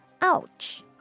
ouch